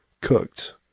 cooked